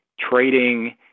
trading